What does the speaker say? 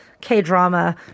K-drama